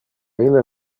ille